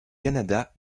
canada